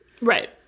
Right